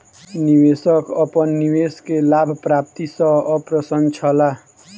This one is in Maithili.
निवेशक अपन निवेश के लाभ प्राप्ति सॅ अप्रसन्न छला